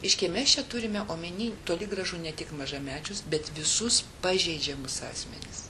reiškia mes čia turime omeny toli gražu ne tik mažamečius bet visus pažeidžiamus asmenis